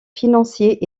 financiers